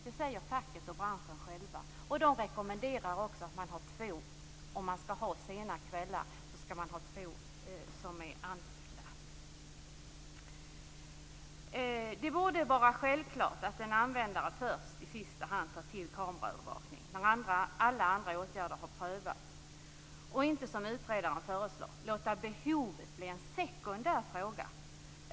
Det säger man själv från facket och från branschen. Man rekommenderar också att man har två anställda om man har öppet sena kvällar. Det borde vara självklart att en användare först i sista hand tar till kameraövervakning. Det borde man göra när alla andra åtgärder har prövats, och inte som utredaren föreslår låta behovet bli en sekundär fråga.